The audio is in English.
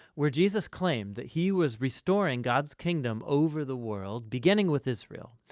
where jesus claimed that he was restoring god's kingdom over the world, beginning with israel.